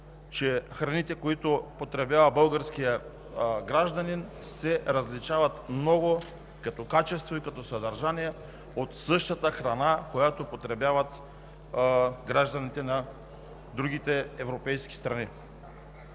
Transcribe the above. че храните, които потребява българският гражданин, се различават много като качество и като съдържание от същата храна, която потребяват гражданите на другите европейски страни.